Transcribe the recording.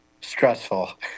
Stressful